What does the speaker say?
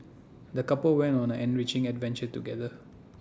the couple went on an enriching adventure together